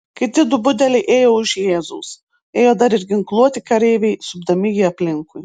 kiti du budeliai ėjo už jėzaus ėjo dar ir ginkluoti kareiviai supdami jį aplinkui